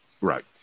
right